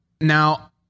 Now